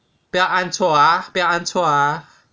不要按错啊不要按错啊